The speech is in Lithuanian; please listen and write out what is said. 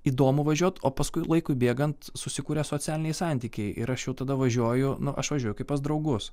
įdomu važiuot o paskui laikui bėgant susikuria socialiniai santykiai ir aš jau tada važiuoju nu aš važiuoju kaip pas draugus